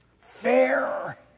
fair